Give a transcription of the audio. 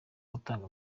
gutanga